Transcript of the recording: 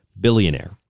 billionaire